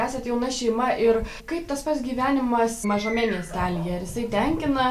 esate jauna šeima ir kaip tas pats gyvenimas mažame miestelyje ar jisai tenkina